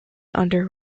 under